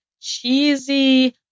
cheesy